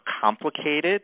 complicated